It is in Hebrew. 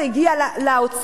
זה הגיע לאוצר,